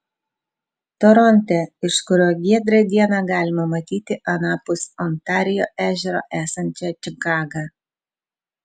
toronte iš kurio giedrą dieną galima matyti anapus ontarijo ežero esančią čikagą